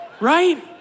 Right